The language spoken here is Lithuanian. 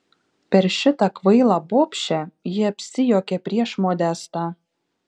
per šitą kvailą bobšę ji apsijuokė prieš modestą